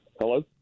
Hello